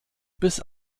bis